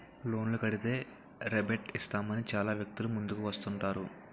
లోన్లు కడితే రేబేట్ ఇస్తామని చాలా వ్యక్తులు ముందుకు వస్తుంటారు